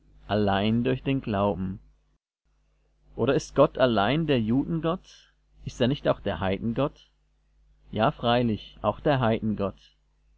allein durch den glauben oder ist gott allein der juden gott ist er nicht auch der heiden gott ja freilich auch der heiden gott